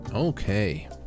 Okay